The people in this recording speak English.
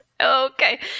Okay